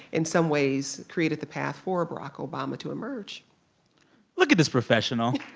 in some ways, created the path for barack obama to emerge look at this professional